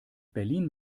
berlin